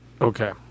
Okay